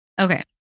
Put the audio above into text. Okay